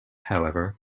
however